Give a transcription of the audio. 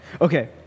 Okay